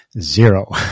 zero